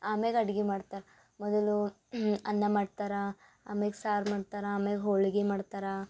ಆಮ್ಯಾಗ ಅಡ್ಗಿ ಮಾಡ್ತರ್ ಮೊದಲು ಅನ್ನ ಮಾಡ್ತಾರೆ ಆಮ್ಯಾಗ ಸಾರು ಮಾಡ್ತಾರೆ ಆಮ್ಯಾಗ ಹೊಳ್ಗಿ ಮಾಡ್ತಾರೆ